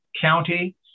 county